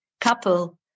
couple